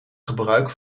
gebruik